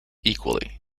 equally